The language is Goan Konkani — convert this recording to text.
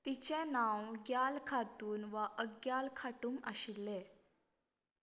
तिचें नांव ग्याल खातून वा अर्ग्याल खातून आशिल्लें